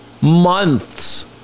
Months